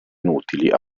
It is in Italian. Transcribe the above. inutili